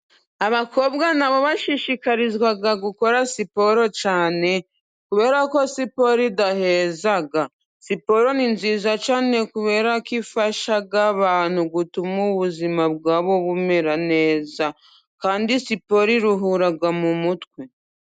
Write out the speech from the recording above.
Abakobwa nabo bashishikarizwa gukora siporo cyane, kubera ko siporo idaheza. Siporo ni nziza cyane kubera ko ifasha abantu gutuma ubuzima bwabo bumera neza, kandi siporo iruhura mu mutwe.